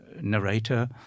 narrator